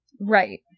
Right